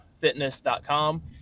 fitness.com